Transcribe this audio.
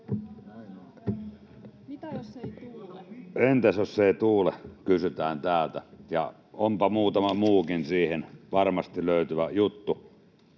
Entäs jos ei tuule, kysytään täältä, ja onpa muutama muukin siihen varmasti löytyvä juttu.